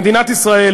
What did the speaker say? מדינת ישראל